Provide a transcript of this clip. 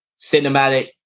cinematic